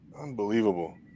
unbelievable